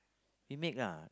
we make lah